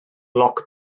gloc